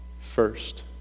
first